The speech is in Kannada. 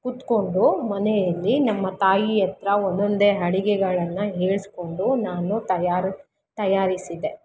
ಕುತ್ಕೊಂಡು ಮನೆಯಲ್ಲಿ ನಮ್ಮ ತಾಯಿಯ ಹತ್ರ ಒನೊಂದೆ ಅಡಿಗೆಗಳನ್ನ ಹೇಳಿಸ್ಕೊಂಡು ನಾನು ತಯಾರು ತಯಾರಿಸಿದೆ